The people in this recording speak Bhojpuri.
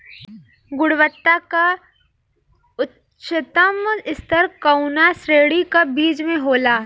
गुणवत्ता क उच्चतम स्तर कउना श्रेणी क बीज मे होला?